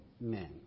men